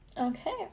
Okay